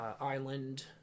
island